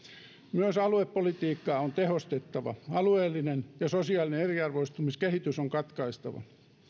myös aluepolitiikkaa on tehostettava alueellinen ja sosiaalinen eriarvoistumiskehitys on katkaistava